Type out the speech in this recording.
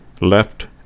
left